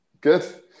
good